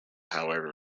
however